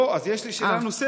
לא, יש לי שאלה נוספת.